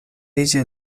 ella